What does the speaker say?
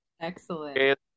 excellent